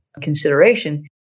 consideration